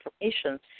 information